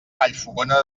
vallfogona